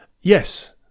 Yes